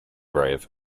brave